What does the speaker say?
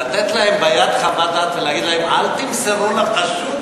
לתת להם ביד חוות דעת ולהגיד להם: אל תמסרו לחשוד,